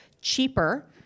cheaper